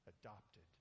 adopted